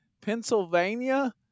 Pennsylvania